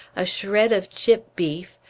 a shred of chip beef,